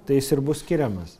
tai jis ir bus skiriamas